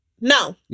no